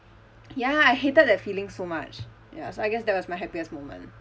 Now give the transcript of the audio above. ya I hated that feeling so much ya I guess that was my happiest moment